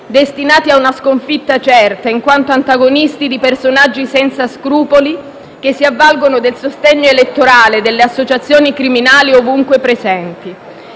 destinati a una sconfitta certa, in quanto antagonisti di personaggi senza scrupoli, che si avvalgono del sostegno elettorale delle associazioni criminali ovunque presenti.